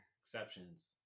exceptions